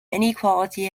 inequality